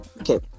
Okay